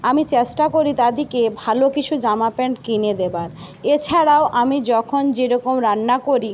আমি চেষ্টা করি তাদেরকে ভালো কিছু জামা প্যান্ট কিনে দেওয়ার এছাড়াও আমি যখন যেরকম রান্না করি